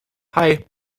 hei